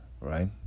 right